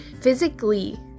physically